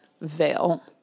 veil